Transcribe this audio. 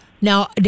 now